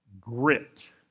Grit